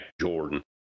Jordan